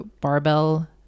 barbell